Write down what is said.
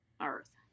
Earth